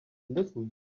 listen